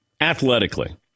athletically